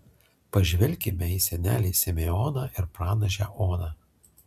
pažvelkime į senelį simeoną ir pranašę oną